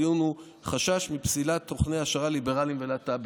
הדיון הוא: חשש מפסילת תוכני העשרה ליברליים ולהט"ביים.